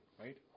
right